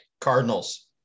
Cardinals